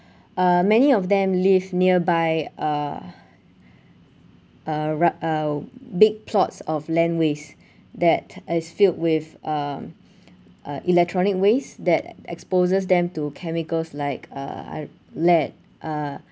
uh many of them live nearby uh a r~ a big plots of land waste that is filled with um uh electronic waste that exposes them to chemicals like uh I d~ lead uh